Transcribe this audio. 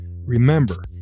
Remember